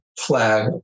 flag